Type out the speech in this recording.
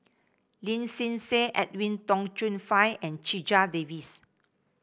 Lin Hsin Hsin Edwin Tong Chun Fai and Checha Davies